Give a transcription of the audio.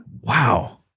wow